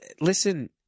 listen